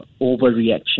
overreaction